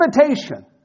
invitation